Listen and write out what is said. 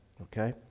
okay